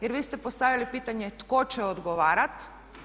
Jer vi ste postavili pitanje tko će odgovarati?